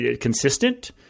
consistent